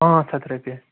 پانٛژھ ہَتھ رۄپیہِ